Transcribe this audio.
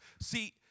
See